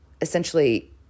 essentially